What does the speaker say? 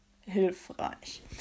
hilfreich